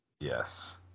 Yes